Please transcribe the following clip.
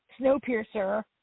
Snowpiercer